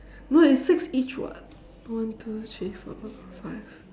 no it's six each [what] one two three four five